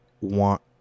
want